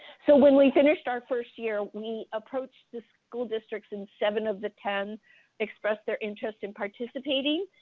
so when we finished our first year, we approached the school districts and seven of the ten expressed their interest in participating.